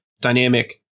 dynamic